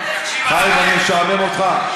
חיים, אני משעמם אותך?